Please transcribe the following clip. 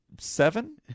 Seven